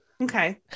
Okay